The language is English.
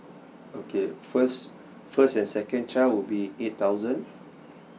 okay first first and second child would be eight thousand